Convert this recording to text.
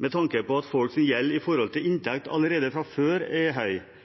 Med tanke på at folks gjeld i forhold til inntekt allerede fra før er høy,